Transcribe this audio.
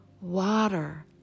water